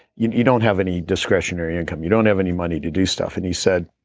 you you don't have any discretionary income, you don't have any money to do stuff. and he said